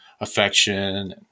affection